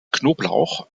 knoblauch